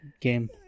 game